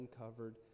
uncovered